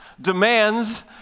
demands